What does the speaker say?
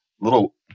little